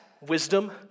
wisdom